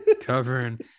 covering